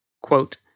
quote